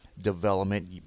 development